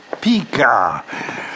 Pica